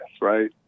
right